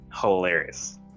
hilarious